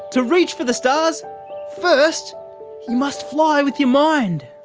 to reach for the stars first you must fly with your mind.